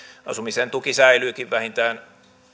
asumisen tuki säilyykin vähintään